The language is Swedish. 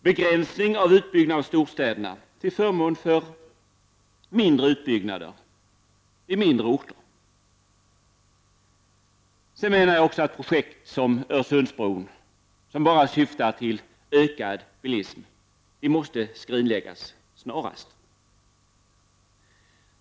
Vidare måste utbyggnaden av storstäderna begränsas till förmån för mindre utbyggnader av mindre orter. Projekt som Öresundsbron, som bara syftar till ökad bilism, måste skrinläggas snarast.